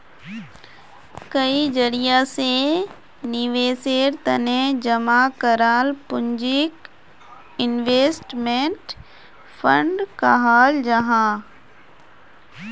कई जरिया से निवेशेर तने जमा कराल पूंजीक इन्वेस्टमेंट फण्ड कहाल जाहां